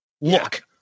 look